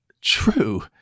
true